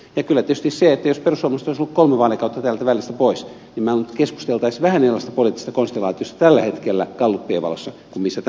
kyllä tietysti jos perussuomalaiset olisivat olleet kolme vaalikautta täältä välistä poissa minä luulen että keskusteltaisiin vähän erilaisesta poliittisesta konstellaatiosta tällä hetkellä galluppien valossa kuin mistä tänä päivänä keskustellaan